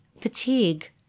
fatigue